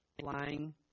Lying